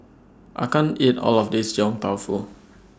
I can't eat All of This Yong Tau Foo